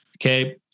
Okay